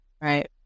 right